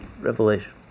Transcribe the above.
revelation